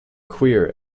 queer